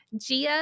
Gia